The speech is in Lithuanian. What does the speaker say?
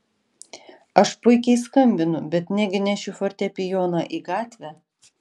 aš puikiai skambinu bet negi nešiu fortepijoną į gatvę